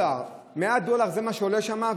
100 דולר, 100 דולר, זה מה שזה עולה שם.